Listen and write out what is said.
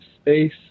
space